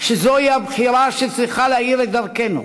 שזוהי הבחירה שצריכה להאיר את דרכנו.